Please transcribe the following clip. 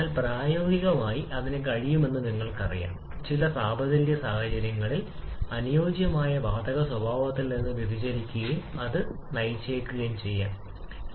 എന്നാൽ പ്രായോഗികമായി അതിന് കഴിയുമെന്ന് നിങ്ങൾക്കറിയാം ചില താപനില സാഹചര്യങ്ങളിൽ അനുയോജ്യമായ വാതക സ്വഭാവത്തിൽ നിന്ന് വ്യതിചലിക്കുക അങ്ങനെ അത് നയിച്ചേക്കാം ചില വിവരങ്ങൾ നഷ്ടപ്പെടും